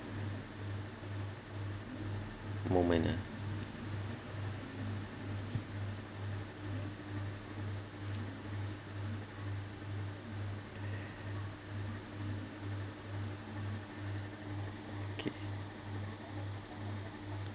moment ah okay